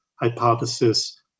hypothesis